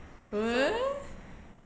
what